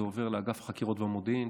זה עובר לאגף החקירות והמודיעין,